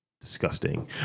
Disgusting